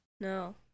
No